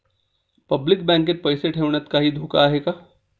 Public बँकेत पैसे ठेवण्यात काही धोका आहे का?